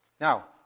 Now